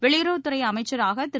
வெளியுறவுத்துறை அமைச்சராக திரு